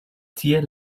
tiel